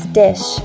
dish